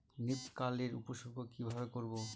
Leaf curl এর উপসর্গ কিভাবে করব?